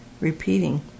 Repeating